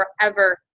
forever